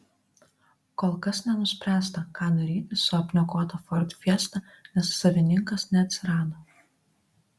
kol kas nenuspręsta ką daryti su apniokota ford fiesta nes savininkas neatsirado